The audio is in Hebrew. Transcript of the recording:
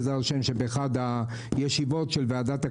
בעזרת השם,